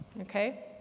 Okay